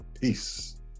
Peace